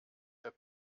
der